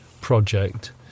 project